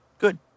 good